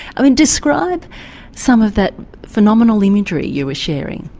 i mean describe some of that phenomenal imagery you were sharing.